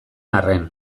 arren